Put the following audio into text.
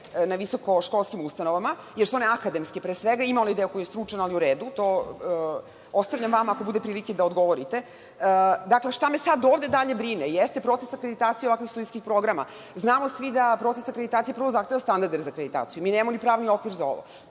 na visokoškolskim ustanovama, jer su one akademske, i mali deo koji je stručan, ali u redu, to ostavljam vama, ako bude prilike da odgovorite. Dakle, šta me sada ovde dalje brine, jeste proces akreditacije ovakvih studentskih programa. Znamo svi da proces akreditacije prvo zahteva standarde za akreditaciju. Mi nemamo ni pravni okvir za ovo.